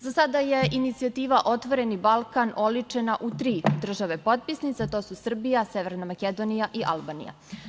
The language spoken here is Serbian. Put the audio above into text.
Za sada je inicijativa – "Otvoreni Balkan" oličena u tri države potpisnice, a to su Srbija, Severna Makedonija i Albanija.